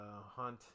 hunt